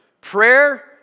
Prayer